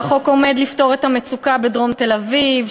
שהחוק עומד לפתור את המצוקה בדרום תל-אביב,